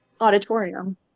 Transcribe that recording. auditorium